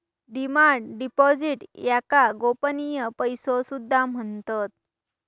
demand deposits याका गोपनीय पैसो सुद्धा म्हणतत